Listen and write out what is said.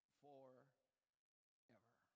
forever